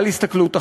על הסתכלות אחרת,